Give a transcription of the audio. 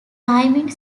rhyming